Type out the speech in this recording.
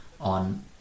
on